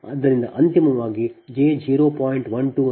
ಆದ್ದರಿಂದ ನೀವು ಅಂತಿಮವಾಗಿ j 0